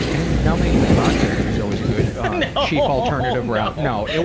and numbing with vodka is always a good or cheap alternative route. you know and